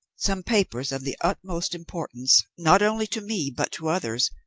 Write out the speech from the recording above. some papers of the utmost importance, not only to me but to others,